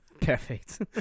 Perfect